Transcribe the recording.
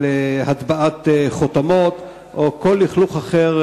הטבעת חותמות או כל לכלוך אחר,